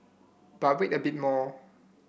but wait a bit more